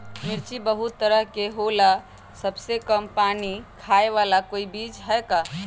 मिर्ची बहुत तरह के होला सबसे कम पानी खाए वाला कोई बीज है का?